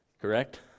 correct